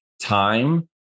time